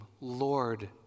Lord